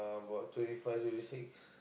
about twenty five twenty six